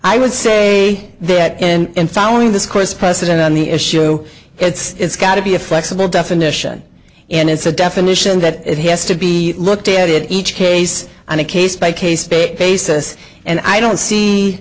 i would say that and following this course president on the issue it's got to be a flexible definition and it's a definition that has to be looked at it each case on a case by case basis and i don't